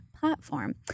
Platform